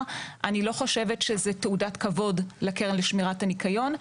זאת לא תעודת כבוד לקרן לשמירת הניקיון.